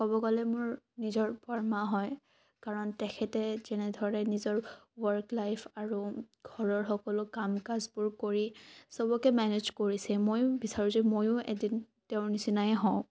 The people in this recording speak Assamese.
ক'ব গ'লে মোৰ নিজৰ বৰমা হয় কাৰণ তেখেতে যেনেধৰণে নিজৰ ওৱৰ্ক লাইফ আৰু ঘৰৰ সকলো কাম কাজবোৰ কৰি চবকে মেনেজ কৰিছে মইয়ো বিচাৰোঁ যে মইয়ো এদিন তেওঁৰ নিচিনাই হওঁ